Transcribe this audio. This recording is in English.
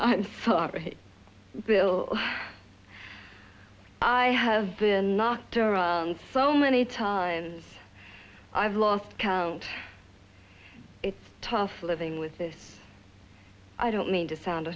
away sorry bill i have been knocked around so many times i've lost count it's tough living with this i don't mean to sound